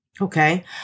okay